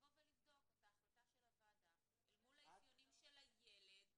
לבדוק את ההחלטה של הוועדה אל מול האפיונים של הילד ולראות.